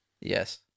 Yes